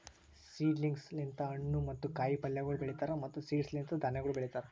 seedlings ಲಿಂತ್ ಹಣ್ಣು ಮತ್ತ ಕಾಯಿ ಪಲ್ಯಗೊಳ್ ಬೆಳೀತಾರ್ ಮತ್ತ್ ಸೀಡ್ಸ್ ಲಿಂತ್ ಧಾನ್ಯಗೊಳ್ ಬೆಳಿತಾರ್